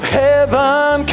heaven